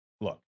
look